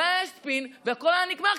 לא היה ספין והכול היה נגמר,